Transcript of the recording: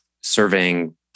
Surveying